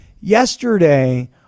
yesterday